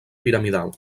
piramidal